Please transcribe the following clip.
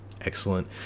Excellent